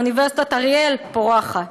אוניברסיטת אריאל פורחת.